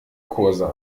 kurse